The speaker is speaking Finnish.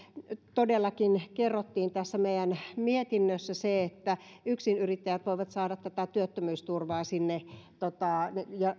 todellakin kerrottiin tässä meidän mietinnössä se että yksinyrittäjät voivat saada tätä työttömyysturvaa ja syynä voi